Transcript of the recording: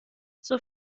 zur